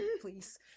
please